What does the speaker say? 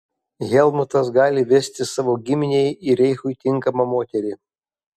helmutas gali vesti savo giminei ir reichui tinkamą moterį